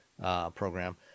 program